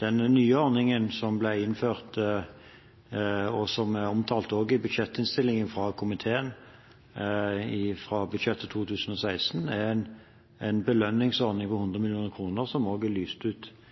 Den nye ordningen som ble innført, og som også er omtalt i budsjettinnstillingen fra komiteen, fra budsjettet 2016, er en belønningsordning på 100 mill. kr som er lyst ut